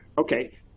okay